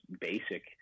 basic